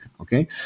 Okay